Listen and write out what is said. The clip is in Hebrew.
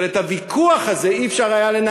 אבל את הוויכוח הזה לא היה אפשר לנהל.